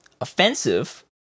offensive